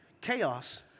Chaos